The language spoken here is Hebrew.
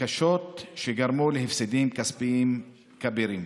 קשות שגרמו להפסדים כספיים כבירים.